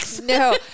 no